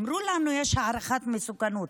אמרו לנו שיש הערכת מסוכנות,